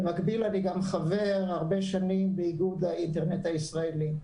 במקביל אני הרבה שנים גם חבר באיגוד האינטרנט הישראלי.